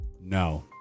no